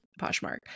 poshmark